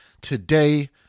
Today